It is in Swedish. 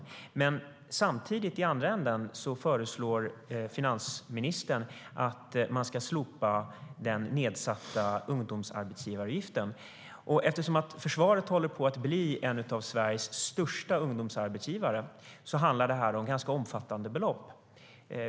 Men samtidigt föreslår finansministern i andra änden att man ska slopa den nedsatta ungdomsarbetsgivaravgiften. Eftersom försvaret håller på att bli en av Sveriges största ungdomsarbetsgivare handlar det om ganska omfattande belopp.